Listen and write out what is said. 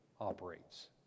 operates